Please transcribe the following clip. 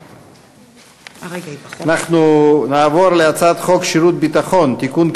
אנחנו נעבור להצעת חוק שירות ביטחון (תיקון,